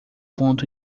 ponto